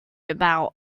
about